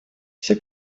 все